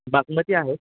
बासमती आहे